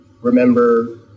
remember